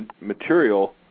material